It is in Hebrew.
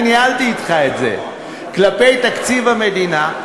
אני ניהלתי אתך את זה כלפי תקציב המדינה.